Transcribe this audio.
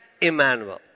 Emmanuel